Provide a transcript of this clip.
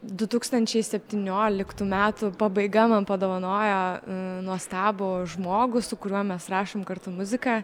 du tūkstančiai septynioliktų metų pabaiga man padovanojo nuostabų žmogų su kuriuo mes rašom kartu muziką